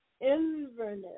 Inverness